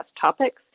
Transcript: topics